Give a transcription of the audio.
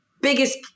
biggest